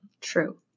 true